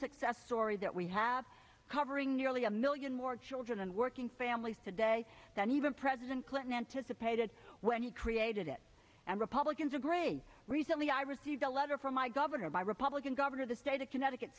story that we have covering nearly a million more children and working families today than even president clinton anticipated when he created it and republicans are great recently i received a letter from my governor by republican governor the state of connecticut